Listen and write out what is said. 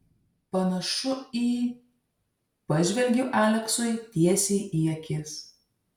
panašu į pažvelgiu aleksui tiesiai į akis